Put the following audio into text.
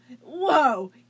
Whoa